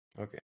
Okay